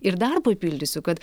ir dar papildysiu kad